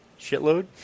Shitload